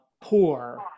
poor